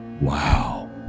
Wow